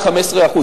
10% 15%,